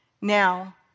Now